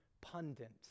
pundit